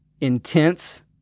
Intense